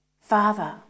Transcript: Father